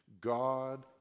God